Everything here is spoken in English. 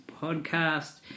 Podcast